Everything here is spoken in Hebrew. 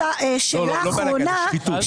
לא, לא בלגן, לשחיתות.